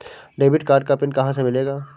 Debit card का PIN कहां से मिलेगा?